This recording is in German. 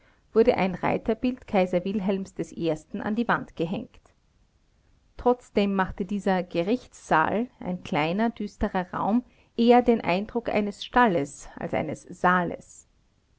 wurde ein reiterbild bild kaiser wilhelms i an die wand gehängt trotzdem machte dieser gerichtssaal ein kleiner düsterer raum eher den eindruck eines stalles als eines saales